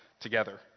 together